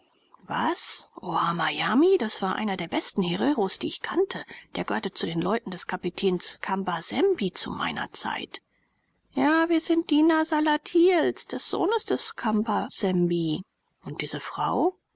was ohamajami das war einer der besten hereros die ich kannte der gehörte zu den leuten des kapitäns kambasembi zu meiner zeit ja wir sind diener salatiels des sohnes des kambasembi und diese frau